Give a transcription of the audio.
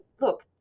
look